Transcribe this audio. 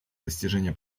достижение